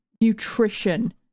nutrition